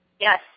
Yes